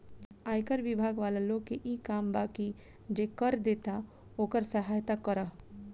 आयकर बिभाग वाला लोग के इ काम बा की जे कर देता ओकर सहायता करऽ